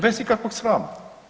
Bez ikakvog srama.